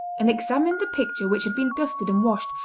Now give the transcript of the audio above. and examined the picture which had been dusted and washed,